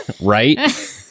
Right